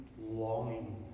longing